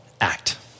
act